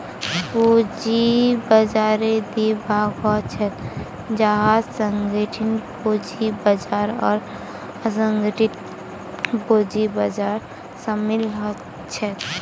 पूंजी बाजाररेर दी भाग ह छेक जहात संगठित पूंजी बाजार आर असंगठित पूंजी बाजार शामिल छेक